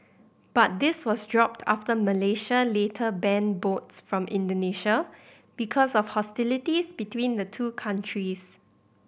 but this was dropped after Malaysia later banned boats from Indonesia because of hostilities between the two countries